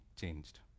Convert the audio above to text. changed